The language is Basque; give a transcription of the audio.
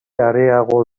areago